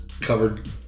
covered